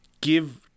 give